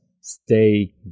stay